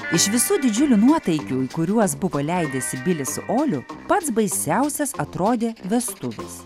iš visų didžiulių nuotaikių į kuriuos buvo leidęsi bilis su oliu pats baisiausias atrodė vestuvės